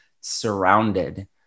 surrounded